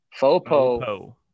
FOPO